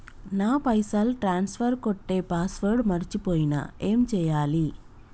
నా పైసల్ ట్రాన్స్ఫర్ కొట్టే పాస్వర్డ్ మర్చిపోయిన ఏం చేయాలి?